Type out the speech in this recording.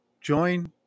join